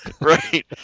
Right